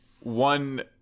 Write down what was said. One